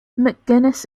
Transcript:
mcguinness